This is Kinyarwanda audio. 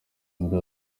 mbwa